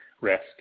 risk